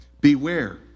Beware